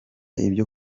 ibyo